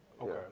Okay